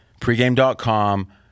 pregame.com